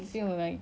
I feel